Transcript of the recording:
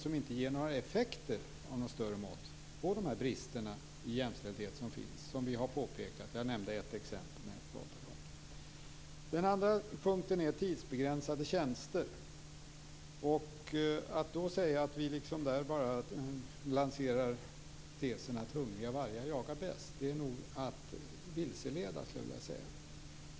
Det ger heller inte några effekter av större mått på de brister i jämställdhet som finns, brister som vi har påpekat och där jag nu nämnde ett exempel. För det andra gäller det frågan om tidsbegränsade tjänster. Att säga att vi bara lanserar tesen att hungriga vargar jagar bäst är att vilseleda.